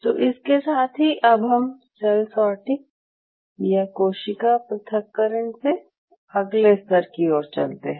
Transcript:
तो इसके साथ ही अब हम सेल सॉर्टिंग या कोशिका पृथक्करण से अगले स्तर की ओर चलते हैं